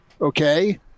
okay